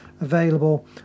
available